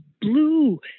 blue